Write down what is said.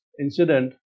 incident